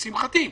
לשמחתי,